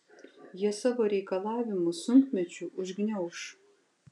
jie savo reikalavimus sunkmečiu užgniauš